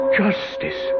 justice